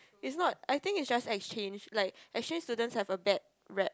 it's not I think it's just exchange like exchange students have a bad rep